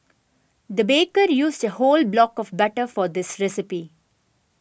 the baker used a whole block of butter for this recipe